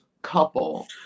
couple